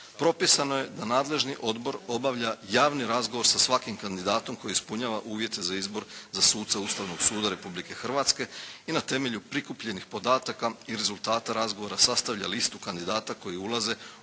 propisano je da nadležni odbor obavlja javni razgovor sa svakim kandidatom koji ispunjava uvjete za izbor za suca Ustavnog suda Republike Hrvatske. I na temelju prikupljenih podataka i rezultata razgovora sastavlja listu kandidata koji ulaze